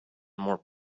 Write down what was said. more